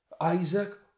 Isaac